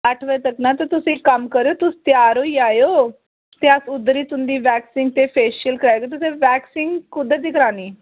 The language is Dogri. अट्ठ बज्जे तक्कर महां तुस इक कम्म करेओ तुस त्यार होई जाएओ अस उद्धर ई तुं'दी बैक्सिंग ते फेशियल कराई देगे तुसें बैक्सिंग कुद्धर दी करानी